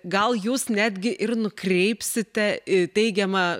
gal jūs netgi ir nukreipsite į teigiamą